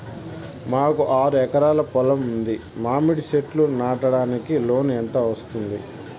మాకు ఆరు ఎకరాలు పొలం ఉంది, మామిడి చెట్లు నాటడానికి లోను ఎంత వస్తుంది?